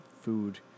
food